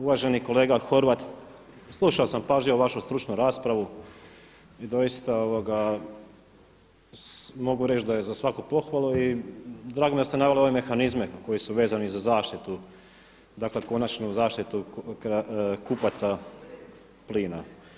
Uvaženi kolega Horvat, slušao sam pažljivo vašu stručnu raspravu i doista mogu reći da je za svaku pohvalu i drago mi je da ste naveli ove mehanizme koji su vezani za zaštitu, dakle konačnu zaštitu kupaca plina.